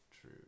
true